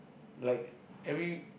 like every